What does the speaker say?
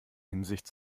hinsicht